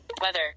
Weather